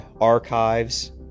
archives